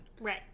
Right